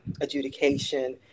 adjudication